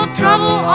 trouble